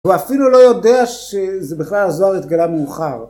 הוא אפילו לא יודע שזה בכלל הזוהר התגלה מאוחר